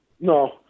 No